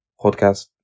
podcast